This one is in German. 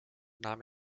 nahm